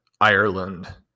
ireland